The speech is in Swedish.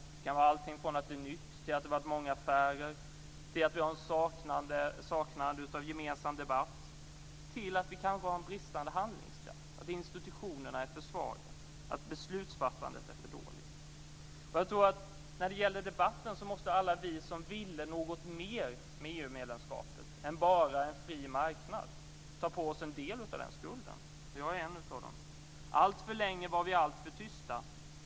Det kan vara alltifrån att det är nytt, att det har varit många affärer, att vi har en avsaknad av gemensam debatt till att vi kan ha en bristande handlingskraft, att institutionerna är för svaga, att beslutsfattandet är för dåligt. Jag tror att när det gäller debatten måste alla vi som ville något mer med EU-medlemskapet än bara en fri marknad ta på oss en del av skulden. Jag är en av dem. Alltför länge var vi alltför tysta.